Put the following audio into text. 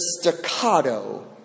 staccato